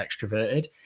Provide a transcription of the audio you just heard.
extroverted